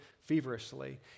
feverishly